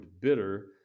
bitter